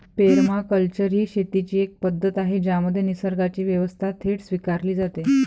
permaculture ही शेतीची एक पद्धत आहे ज्यामध्ये निसर्गाची व्यवस्था थेट स्वीकारली जाते